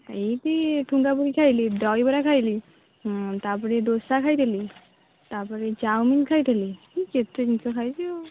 ଏଇ ସେଇ ଠୁଙ୍ଗାପୁରି ଖାଇଲି ଦହିବରା ଖାଇଲି ତାପରେ ଦୋସା ଖାଇଥିଲି ତାପରେ ଚାଓମିନ୍ ଖାଇଥିଲି କେତେ ଜିନିଷ ଖାଇଛି ଆଉ